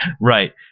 Right